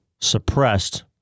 suppressed